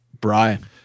brian